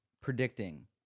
predicting